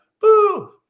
Boo